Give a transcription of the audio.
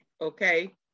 Okay